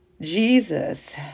Jesus